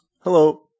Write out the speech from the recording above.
Hello